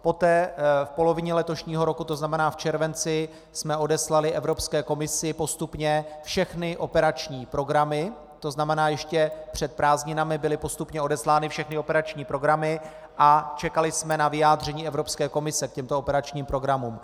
Poté v polovině letošního roku, tzn. v červenci, jsme odeslali Evropské komisi postupně všechny operační programy, tzn. ještě před prázdninami byly postupně odeslány všechny operační programy, a čekali jsme na vyjádření Evropské komise k těmto operačním programům.